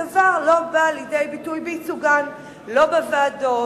הדבר לא בא לידי ביטוי בייצוגן, לא בוועדות,